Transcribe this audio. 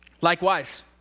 Likewise